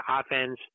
offense